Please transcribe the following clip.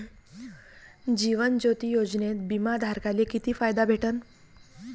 जीवन ज्योती योजनेत बिमा धारकाले किती फायदा भेटन?